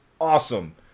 awesome